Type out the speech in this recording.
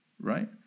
right